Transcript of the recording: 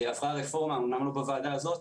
עברה רפורמה - אמנם לא בוועדה הזאת,